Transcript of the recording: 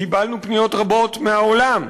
קיבלנו פניות רבות מהעולם.